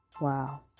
Wow